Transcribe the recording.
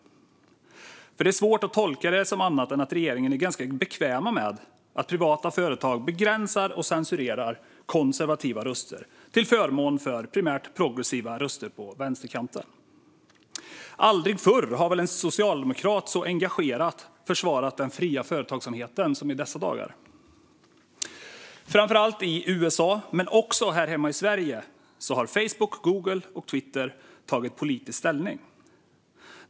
Det är svårt att tolka det på något annat sätt än att regeringen är ganska bekväm med att privata företag begränsar och censurerar konservativa röster till förmån för primärt progressiva röster på vänsterkanten. Aldrig förr har väl en socialdemokrat så engagerat försvarat den fria företagsamheten som i dessa dagar. Framför allt i USA, men också här hemma i Sverige, har Facebook, Google och Twitter tagit politisk ställning.